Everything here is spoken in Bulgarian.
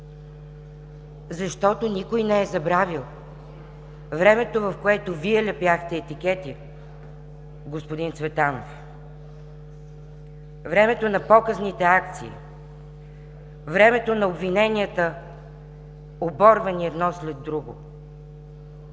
защото никой не е забравил времето, в което Вие лепяхте етикети, господин Цветанов, времето на показните акции, времето на обвиненията, оборвани едно след друго.